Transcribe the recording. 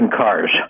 cars